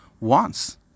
wants